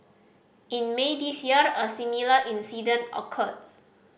in May this year a similar incident occurred